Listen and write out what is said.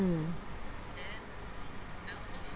mm